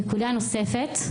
נקודה נוספת,